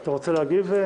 אתה רוצה להגיב?